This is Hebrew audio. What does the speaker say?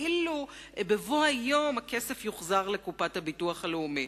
כאילו בבוא היום הכסף יוחזר לקופת הביטוח הלאומי,